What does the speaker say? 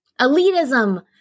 elitism